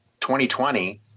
2020